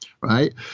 right